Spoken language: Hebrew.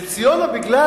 ציונה, בגלל